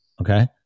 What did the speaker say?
Okay